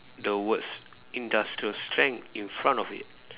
the words industrial strength in front of it